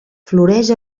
floreix